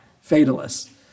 fatalists